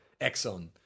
Exxon